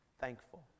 thankful